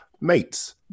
Mates